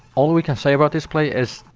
all we can say about this play is